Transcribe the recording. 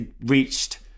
reached